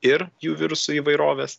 ir jų virusų įvairovės